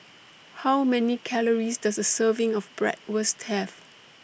How Many Calories Does A Serving of Bratwurst Have